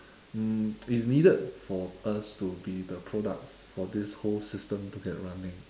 um it's needed for us to be the products for this whole system to get running